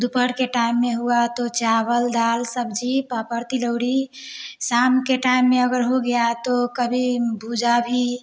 दोपहर के टाइम में हुआ तो चावल दाल सब्जी पापड़ तिलौरी शाम के टाइम में अगर हो गया तो कभी भूजा भी